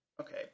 Okay